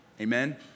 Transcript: Amen